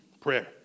prayer